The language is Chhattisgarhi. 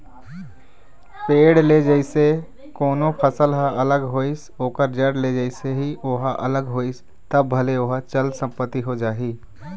पेड़ ले जइसे कोनो फसल ह अलग होइस ओखर जड़ ले जइसे ही ओहा अलग होइस तब भले ओहा चल संपत्ति हो जाही